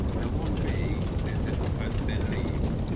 now one be then says one person then leaves.